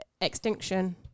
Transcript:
Extinction